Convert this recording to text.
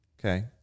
Okay